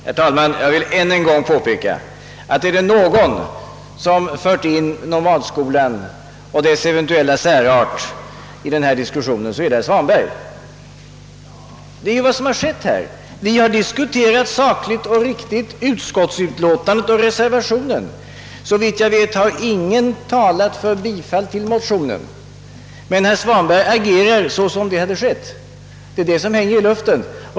Herr talman! Jag vill ännu en gång påpeka att om det är någon som fört in nomadskolan och dess eventuella särart i denna diskussion är det herr Svanberg. Det är vad som här har skett. Vi har sakligt och riktigt diskuterat utskottsutlåtandet och reservationen. Såvitt jag vet har ingen talat för bifall till motionen. Men herr Svanberg agerar som om det hade skett. Det är detta som hänger i luften.